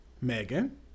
Megan